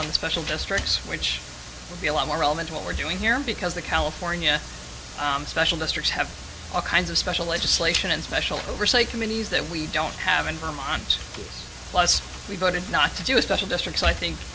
on special districts which would be a lot more relevant to what we're doing here because the california special districts have all kinds of special legislation and special oversight committees that we don't have and from hunt plus we voted not to do a special district so i think